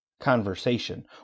conversation